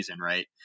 right